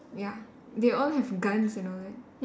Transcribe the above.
ya they all have guns and all that